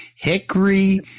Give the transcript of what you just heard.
Hickory